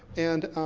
and,